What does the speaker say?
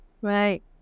right